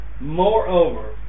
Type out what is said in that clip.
Moreover